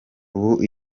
ubu